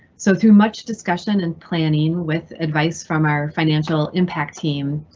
so through much discussion and planning with advice from our financial impact team,